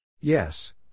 Yes